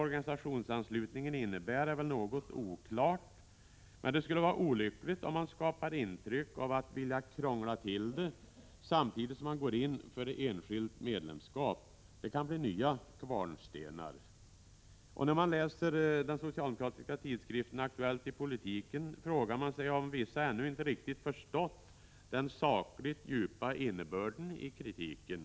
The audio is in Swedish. organisationsanslutningen innebär är något oklart. Det skulle vara olyckligt om man skapar intryck av att vilja krångla till det samtidigt som man går in för enskilt medlemskap. Det kan bli nya ”kvarnstenar”! När jag läser den socialdemokratiska tidskriften Aktuellt i politiken, frågar jag mig om vissa ännu inte förstått den sakligt djupa innebörden i kritiken.